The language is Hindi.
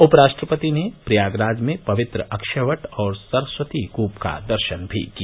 उप राष्ट्रपति ने प्रयागराज में पवित्र अक्षय वट और सरस्वती कूप का दर्शन भी किया